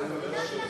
המלא.